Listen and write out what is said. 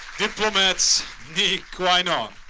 diplomats nii quaynor.